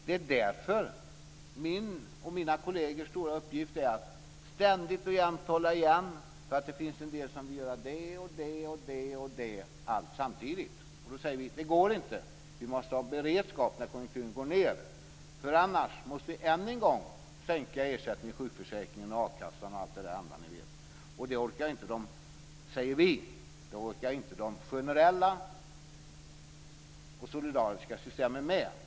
Det är därför min och mina kollegers stora uppgift att ständigt och jämt hålla igen, för det finns en del som vill göra det ena efter det andra samtidigt. Då säger vi: Det går inte. Vi måste ha beredskap när konjunkturen går ned. Annars måste vi än en gång sänka ersättningen i sjukförsäkringen, i a-kassan och i allt det där andra, och det orkar inte de generella och solidariska systemen med.